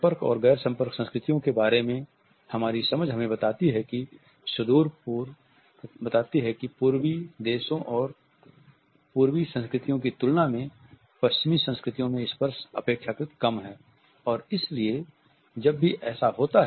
संपर्क और गैर संपर्क संस्कृतियों के बारे में हमारी समझ हमें बताती है कि पूर्वी देशों और पूर्वी संस्कृतियों की तुलना में पश्चिमी संस्कृतियों में स्पर्श अपेक्षाकृत कम है